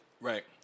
Right